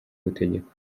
gutegekwa